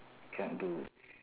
can do